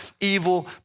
evil